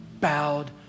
bowed